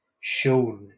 shown